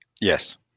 yes